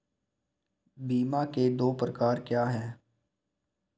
बीमा के दो प्रकार क्या हैं?